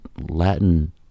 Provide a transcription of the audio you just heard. Latin